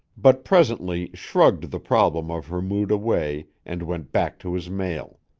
but presently shrugged the problem of her mood away and went back to his mail.